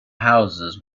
houses